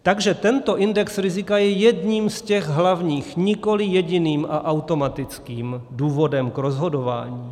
Takže tento index rizika je jedním z těch hlavních, nikoliv jediným a automatickým důvodem k rozhodování.